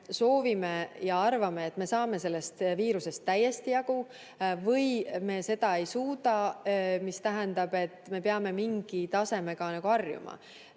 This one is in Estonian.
soovime ja arvame, et me saame sellest viirusest täiesti jagu, või me seda ei suuda, mis tähendab, et me peame mingi tasemega harjuma?